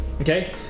Okay